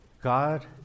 God